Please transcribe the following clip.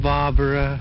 Barbara